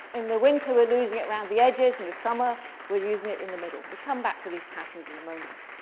in the winter, we're losing it around the edges. in the summer, we're losing it in the middle. we'll come back to these patterns in a moment.